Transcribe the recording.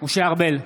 משה ארבל,